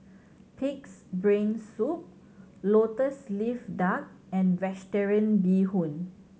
Pig's Brain Soup Lotus Leaf Duck and Vegetarian Bee Hoon